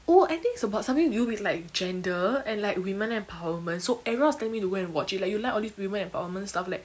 oh I think it's about something to do with like gender and like women empowerment so everyone was telling me to go and watch it like you like all these women empowerment stuff like